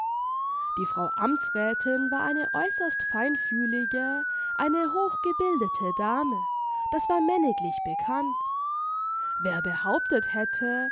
die frau amtsrätin war eine äußerst feinfühlige eine hochgebildete dame das war männiglich bekannt wer behauptet hätte